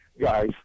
guys